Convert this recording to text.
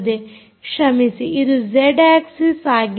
ಕ್ಷಮಿಸಿ ಇದು Z axis ಆಗಿದೆ